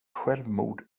självmord